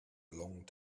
long